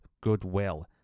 goodwill